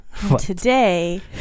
Today